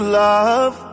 love